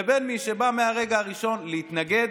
לבין מי שבא מהרגע הראשון להתנגד,